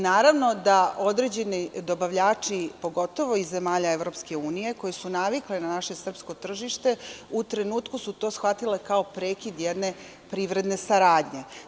Naravno da određeni dobavljači, pogotovo iz zemalja EU koji su navikli na naše srpsko tržište, u trenutku su to shvatili kao prekid jedne privredne saradnje.